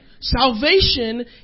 Salvation